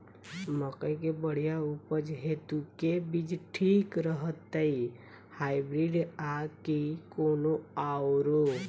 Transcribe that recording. मकई केँ बढ़िया उपज हेतु केँ बीज ठीक रहतै, हाइब्रिड आ की कोनो आओर?